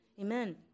Amen